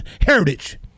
heritage